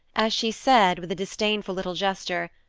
as she said, with a disdainful little gesture.